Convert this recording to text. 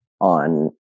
on